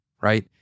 right